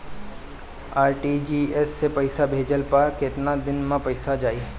RTGS से पईसा भेजला पर केतना दिन मे पईसा जाई?